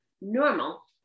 normal